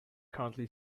currently